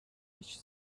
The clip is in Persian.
هیچ